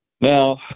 Now